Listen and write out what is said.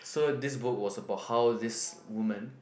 so this book was about how this woman